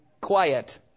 quiet